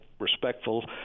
respectful